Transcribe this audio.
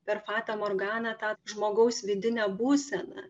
per fatą morganą tą žmogaus vidinę būseną